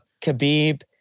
Khabib